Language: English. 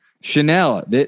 Chanel